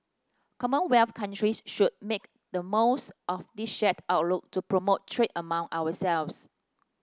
commonwealth countries should make the most of this shared outlook to promote trade among ourselves